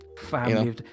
Family